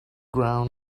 ground